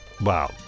Wow